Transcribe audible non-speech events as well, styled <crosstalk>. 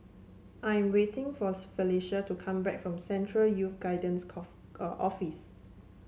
I am waiting for <unintelligible> Felecia to come back from Central Youth Guidance cough uh Office